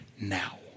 now